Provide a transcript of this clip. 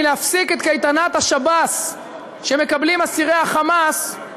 מלהפסיק את קייטנת השב"ס שמקבלים אסירי ה"חמאס",